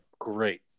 great